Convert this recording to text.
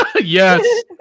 Yes